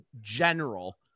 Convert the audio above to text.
general